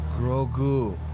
Grogu